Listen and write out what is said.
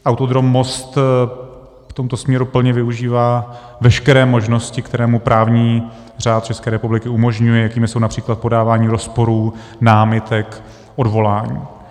Autodrom Most v tomto směru plně využívá veškeré možnosti, které mu právní řád České republiky umožňuje, jakými jsou například podávání rozporů, námitek, odvolání.